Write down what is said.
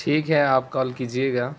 ٹھیک ہے آپ کال کیجیے گا